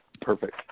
perfect